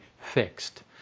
fixed